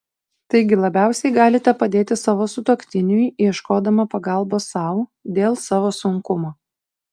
taigi labiausiai galite padėti savo sutuoktiniui ieškodama pagalbos sau dėl savo sunkumo